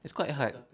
it's quite hard